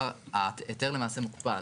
ההיתר למעשה מוקפא,